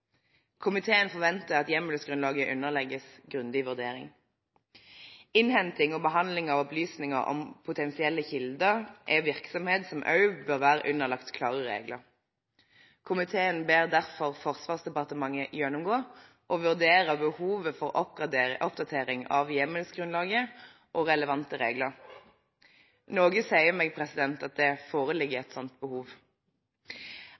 Komiteen forventer at hjemmelsgrunnlaget underlegges en grundig vurdering. Innhenting og behandling av opplysninger om potensielle kilder er en virksomhet som også bør være underlagt klare regler. Komiteen ber derfor Forsvarsdepartementet gjennomgå og vurdere behovet for oppdatering av hjemmelsgrunnlaget og relevante regler. Noe sier meg at det foreligger